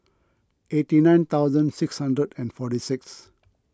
eighty nine thousand six hundred and forty six